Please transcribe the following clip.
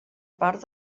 part